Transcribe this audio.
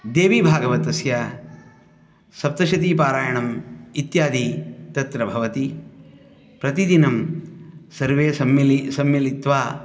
देवी भाग्वतस्य सप्तशतीपारायणम् इत्यादि तत्र भवति प्रतिदिनं सर्वे सम्मिलित्वा